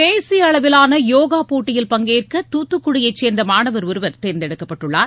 தேசிய அளவிவான யோகா போட்டியில் பங்கேற்க தாத்துக்குடியைச் சேர்ந்த மாணவர் ஒருவர் தேர்ந்தெடுக்கப்பட்டுள்ளார்